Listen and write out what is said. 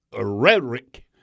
rhetoric